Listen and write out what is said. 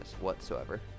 whatsoever